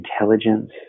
intelligence